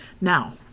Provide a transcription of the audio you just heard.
Now